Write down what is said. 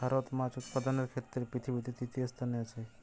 ভারত মাছ উৎপাদনের ক্ষেত্রে পৃথিবীতে তৃতীয় স্থানে আছে